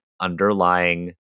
underlying